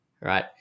Right